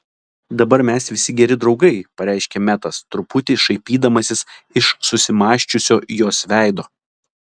dabar mes visi geri draugai pareiškė metas truputį šaipydamasis iš susimąsčiusio jos veido